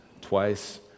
twice